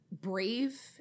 brave